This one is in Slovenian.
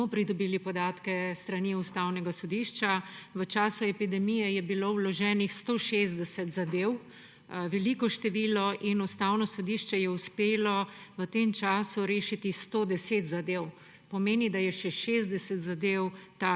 smo pridobili podatke s strani Ustavnega sodišča. V času epidemije je bilo vloženih 160 zadev. To je veliko število. Ustavno sodišče je uspelo v tem času rešiti 110 zadev. To pomeni, da je še 60 zadev